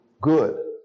good